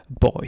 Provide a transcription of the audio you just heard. boy